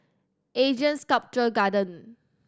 ASEAN Sculpture Garden